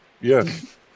Yes